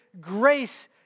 grace